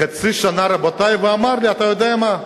חצי שנה, רבותי, ואמר לי: אתה יודע מה?